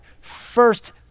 first